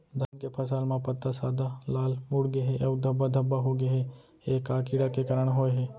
धान के फसल म पत्ता सादा, लाल, मुड़ गे हे अऊ धब्बा धब्बा होगे हे, ए का कीड़ा के कारण होय हे?